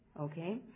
Okay